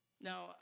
Now